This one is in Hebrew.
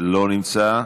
לא נמצא.